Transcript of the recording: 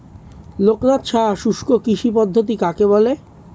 লোকনাথ সাহা শুষ্ককৃষি পদ্ধতি কাকে বলে?